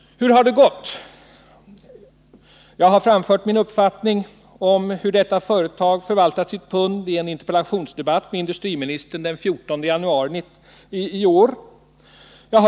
Hur har det gått? Jag har vid en interpellationsdebatt med industriministern den 14 januari i år framfört min uppfattning om hur detta företag har förvaltat sitt pund.